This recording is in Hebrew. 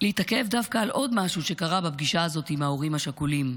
להתעכב דווקא על עוד משהו שקרה בפגישה הזאת עם ההורים השכולים,